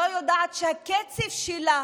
לא יודעת שהקצב שלה